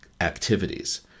activities